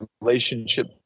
relationship